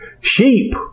Sheep